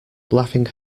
laughing